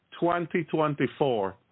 2024